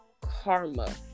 karma